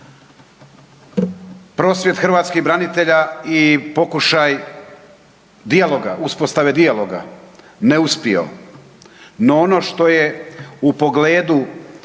Prosvjed hrvatskih branitelja i pokušaj dijaloga, uspostave dijaloga neuspio. No, ono što je u pogledu